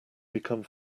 become